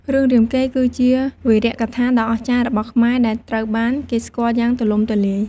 រឿងរាមកេរ្តិ៍ គឺជាវីរកថាដ៏អស្ចារ្យរបស់ខ្មែរ ដែលត្រូវបានគេស្គាល់យ៉ាងទូលំទូលាយ។